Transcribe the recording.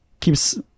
keeps